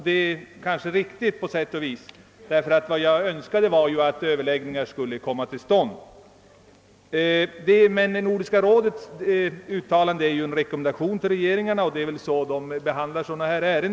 Detta är kanske riktigt på sätt och vis. Jag önskade nämligen att överläggningar skulle komma till stånd. Nordiska rådets uttalande är en rekommendation till regeringarna, och dylika ärenden brukar väl behandlas på det sättet.